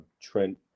Trent